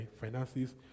finances